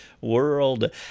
world